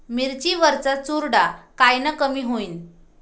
मिरची वरचा चुरडा कायनं कमी होईन?